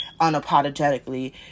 unapologetically